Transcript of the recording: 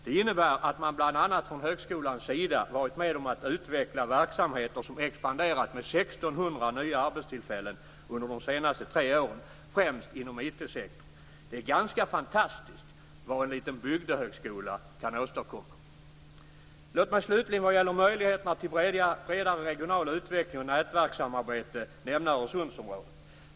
Det innebär att man bl.a. från högskolans sida varit med om att utveckla verksamheter som expanderat med 1 600 nya arbetstillfällen under de senaste tre åren, främst inom IT-sektorn. Det är ganska fantastiskt vad en liten "bygdehögskola" kan åstadkomma! Låt mig slutligen vad gäller möjligheterna till bredare regional utveckling och nätverkssamarbete nämna Öresundsområdet.